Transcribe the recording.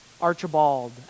Archibald